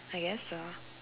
I guess so